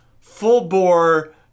full-bore